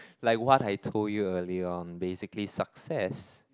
like what I told you earlier on basically success